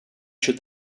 should